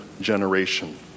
generation